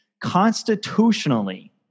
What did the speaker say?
constitutionally